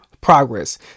progress